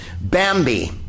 Bambi